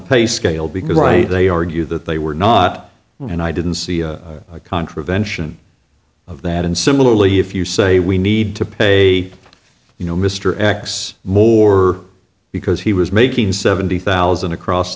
pay scale because right they argue that they were not and i didn't see a contravention of that and similarly if you say we need to pay you know mr x more because he was making seventy thousand across